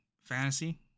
fantasy